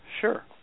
sure